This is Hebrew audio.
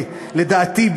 לדעתי,